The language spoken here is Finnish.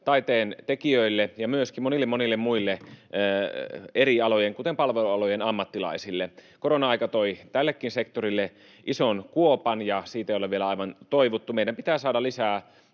taiteen tekijöille ja myöskin monille muille eri alojen, kuten palvelualojen, ammattilaisille. Korona-aika toi tällekin sektorille ison kuopan, ja siitä ei ole vielä aivan toivuttu. Meidän pitää saada lisää